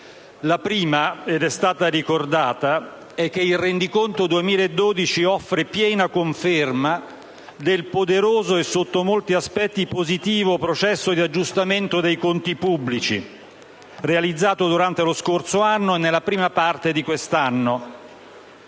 La prima - ed è stata ricordata - anche da altri - è che il rendiconto 2012 offre piena conferma del poderoso e sotto molti aspetti positivo processo di aggiustamento dei conti pubblici realizzato durante lo scorso anno e nella prima parte di quest'anno.